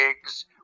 gigs